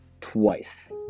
twice